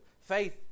Faith